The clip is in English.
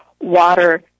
water